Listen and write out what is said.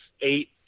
eight